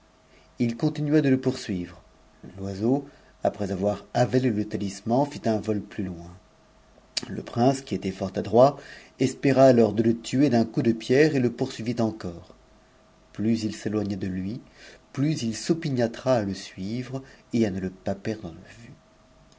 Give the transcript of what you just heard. h continua de le poursuivre l'oiseau après avoir avalé e talisman fit un vol plus loin le prince tu était fort adroit espéra alors de le tuer d'un coup de pierre et le t'om'suivit encore plus il s'éloigna de lui plus il s opilliâtra à le suivre m le pas perdre de vue